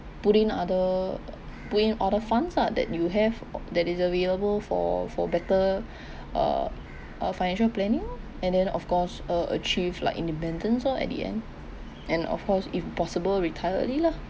put in other put in other funds ah that you have that is available for for better uh uh financial planning oh and then of course uh achieved like independence oh at the end and of course if possible retire early lah